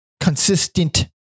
Consistent